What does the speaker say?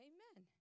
Amen